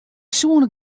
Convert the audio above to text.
soenen